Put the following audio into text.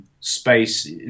space